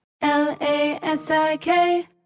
L-A-S-I-K